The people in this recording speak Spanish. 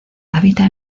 habita